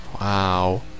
Wow